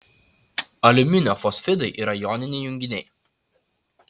aliuminio fosfidai yra joniniai junginiai